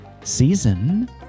season